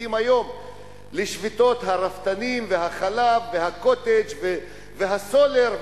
השובתים היום לשביתות הרפתנים והחלב וה"קוטג'" והסולר,